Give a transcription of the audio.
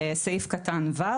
"(ו)